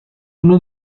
uno